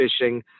fishing